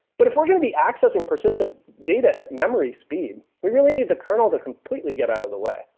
but if we're going to be accessing persistent data at memory speed, we really need the kernel to completely get out of the way.